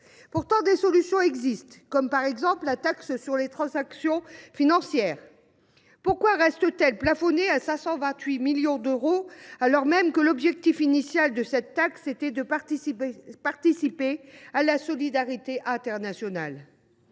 Pourtant, des solutions existent, comme la taxe sur les transactions financières. Pourquoi celle ci reste t elle plafonnée à 528 millions d’euros, alors même que son objectif initial était de participer à la solidarité internationale ?